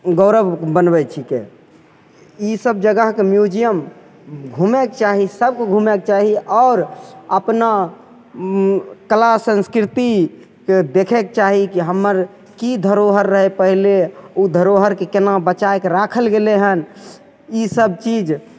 गौरब बनबै छिकै इसब जगहके म्युजियम घुमएके चाही सबके घुमएके चाही आओर अपना कला संस्कृतिके देखएके चाही कि हमर की धरोहर रहै पहिले धरोहरके केना बचाइके राखल गेलै हन इसब चीज